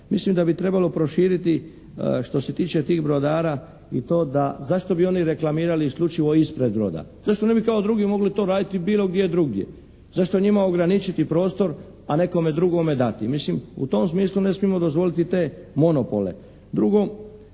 Mislim da bi trebalo proširiti što se tiče tih brodara i to da, zašto bi oni reklamirali isključivo ispred broda? Zašto ne bi kao drugi mogli to raditi bilo gdje drugdje? Zašto njima ograničiti prostor a nekome drugome dati? Mislim, u tom smislu ne smijemo dozvoliti te monopole.